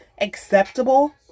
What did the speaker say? acceptable